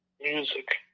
music